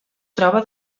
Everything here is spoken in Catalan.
troba